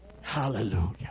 Hallelujah